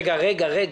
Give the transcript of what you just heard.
רגע.